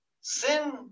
sin